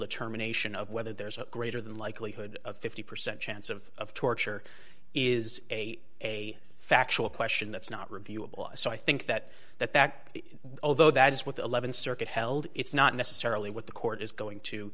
determination of whether there's a greater than likelihood of fifty percent chance of torture is a a factual question that's not reviewable so i think that that that although that is what the th circuit held it's not necessarily what the court is going to